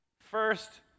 First